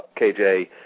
KJ